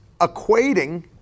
equating